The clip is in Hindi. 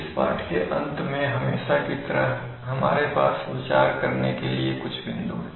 इस पाठ के अंत में हमेशा की तरह हमारे पास विचार करने के लिए कुछ बिंदु है